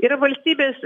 ir valstybės